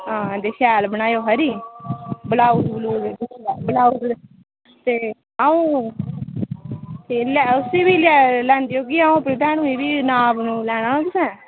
हां ते शैल बनाएओ खरी ब्लाऊज ब्लूज बनाई ओड़ेओ ते अ'ऊं ते लै उस्सी बी लै लैंदी औह्गी अ'ऊं अपनी भैनूं ई बी नाप नूप लैना निं तुसें